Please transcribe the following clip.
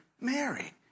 Mary